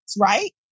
Right